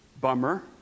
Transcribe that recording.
Bummer